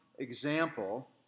Example